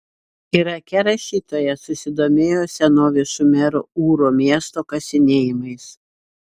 irake rašytoja susidomėjo senovės šumerų ūro miesto kasinėjimais